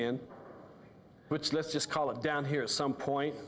in which let's just call it down here some point